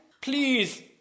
Please